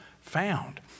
found